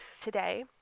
Today